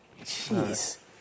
Jeez